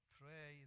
pray